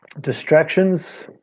distractions